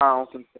ஆ ஓகேங்க சார்